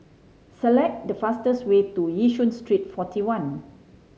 select the fastest way to Yishun Street Forty One